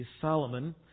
Solomon